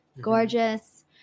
Gorgeous